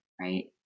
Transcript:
right